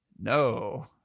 No